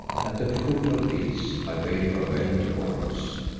at the foot of these i bade farewell to oros,